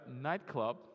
nightclub